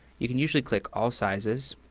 you can usually click all sizes